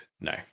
no